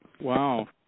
Wow